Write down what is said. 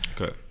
Okay